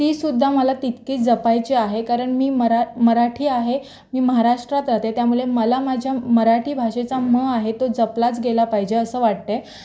तीसुद्धा मला तितकीच जपायची आहे कारण मी मरा मराठी आहे मी महाराष्ट्रात राहते त्यामुळे मला माझ्या मराठी भाषेचा म आहे तो जपलाच गेला पाहिजे असं वाटतं